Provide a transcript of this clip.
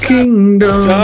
Kingdom